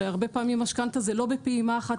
הרי הרבה פעמים משכנתה זה לא בפעימה אחת,